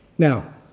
Now